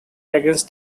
against